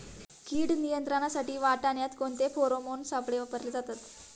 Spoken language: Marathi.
कीड नियंत्रणासाठी वाटाण्यात कोणते फेरोमोन सापळे वापरले जातात?